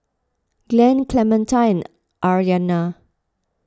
Glen Clementine and Aryana